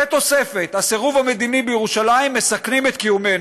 בתוספת הסירוב המדיני בירושלים, מסכנים את קיומנו.